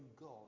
God